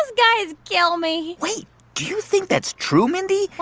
ah guys kill me wait do you think that's true, mindy? what?